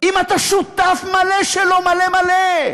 אם אתה שותף מלא שלו, מלא מלא,